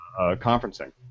conferencing